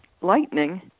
lightning